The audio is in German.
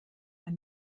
man